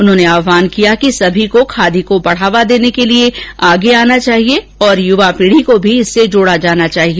उन्होंने आहवान किया कि सभी को खादी को बढ़ावा देने के लिए आगे आना चाहिए और युवा पीढी को भी इससे जोड़ा जाना चाहिए